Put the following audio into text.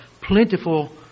plentiful